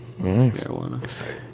marijuana